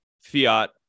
fiat